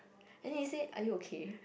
then he say are you okay